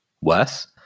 worse